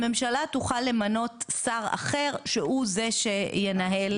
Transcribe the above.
הממשלה תוכל למנות שר אחר שהוא זה שינהל את הממשלה.